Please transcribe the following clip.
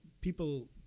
people